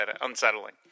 unsettling